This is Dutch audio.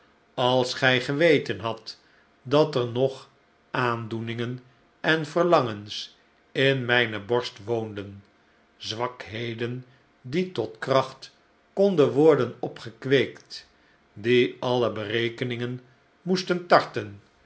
als gij geweten hadt dat er nog aandoeningen en verlangens in mijne borst woonden zwakheden die tot kracht konden worden opgekweekt diealleberekeningenmoesten tarten